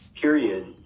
period